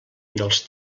dels